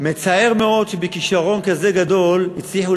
מצער מאוד שבכישרון כזה גדול הצליחו